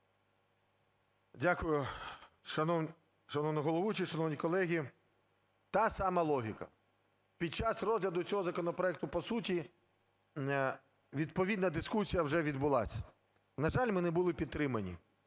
Дякую, шановна головуюча, шановні колеги. Та сама логіка. Під час розгляду цього законопроекту по суті відповідна дискусія вже відбулася. На жаль, ми не були підтримані.